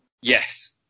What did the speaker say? Yes